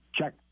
check